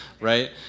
right